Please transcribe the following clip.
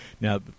Now